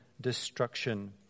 destruction